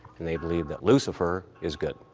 and they believe that lucifer is good.